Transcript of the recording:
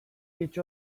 each